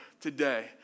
today